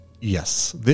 yes